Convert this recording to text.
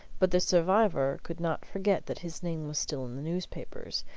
but the survivor could not forget that his name was still in the newspapers,